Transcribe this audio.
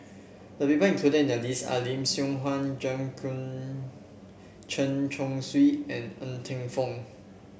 the people included in the list are Lim Siong Guan Chen Chong Swee and Ng Teng Fong